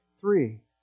Three